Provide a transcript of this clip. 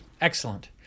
excellent